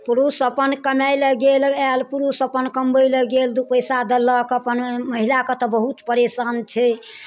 पुरुष अपन कमाइ लए गेल आयल पुरुष अपन कमबै लए गेल दू पैसा देलक अपन महिलाके तऽ बहुत परेशान छै